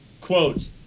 quote